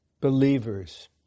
believers